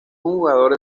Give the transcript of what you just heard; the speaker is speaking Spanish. jugador